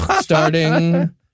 starting